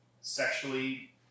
sexually